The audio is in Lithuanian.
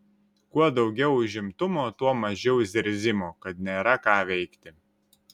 kuo daugiau užimtumo tuo mažiau zirzimo kad nėra ką veikti